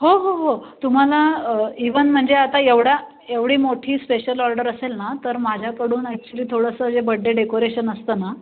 हो हो हो तुम्हाला इव्हन म्हणजे आता एवढा एवढी मोठी स्पेशल ऑर्डर असेल ना तर माझ्याकडून ॲक्च्युअली थोडंसं जे बड्डे डेकोरेशन असतं ना